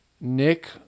Nick